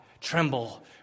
tremble